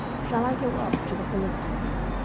shall i go up to the philistines?